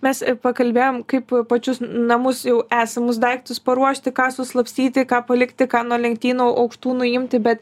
mes pakalbėjom kaip pačius namus jau esamus daiktus paruošti ką suslapstyti ką palikti ką nuo lenktynų aukštų nuimti bet